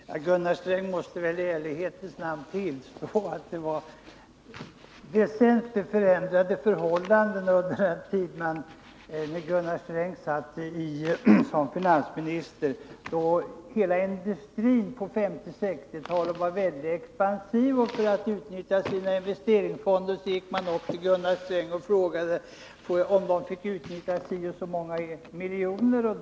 Herr talman! Gunnar Sträng måste väl i ärlighetens namn tillstå att väsentligt annorlunda förhållanden rådde under den tid då han satt som finansminister. På 1950 och 1960-talet var hela industrin väldigt expansiv. För att utnyttja sina investeringsfonder gick man upp till Gunnar Sträng och frågade om man fick utnyttja så och så många miljoner kronor.